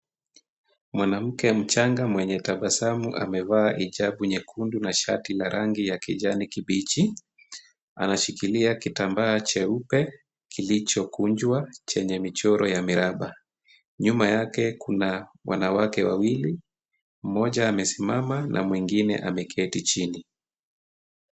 Mwanamke mchanga mwenye tabasamu amevaa hijab (cs) nyekundu na shati la rangi ya kijani kibichi ,anashikilia kitambaa cheupe kilichokunjwa chenye michoro ya miraba , nyuma yake Kuna wanawake wawili, mmoja amesimama na mwingine ameketi chini.